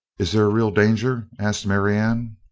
is there real danger? asked marianne.